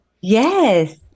yes